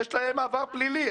יש להם עבר פלילי.